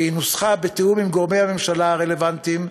והיא נוסחה בתיאום עם גורמי הממשלה הרלוונטיים,